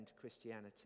Christianity